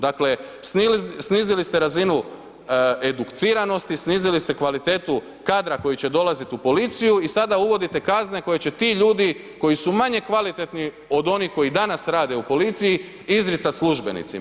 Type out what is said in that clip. Dakle snizili ste razinu educiranosti, snizili ste kvalitetu kadra koji će dolaziti u policiju i sada uvodite kazne koje će ti ljudi koji su manje kvalitetni od onih koji danas rade u policiji izricati službenicima.